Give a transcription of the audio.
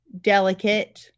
Delicate